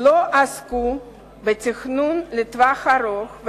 לא עסקו בתכנון לטווח ארוך,